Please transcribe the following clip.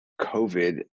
COVID